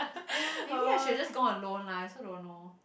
ya maybe I should just gone alone lah I also don't know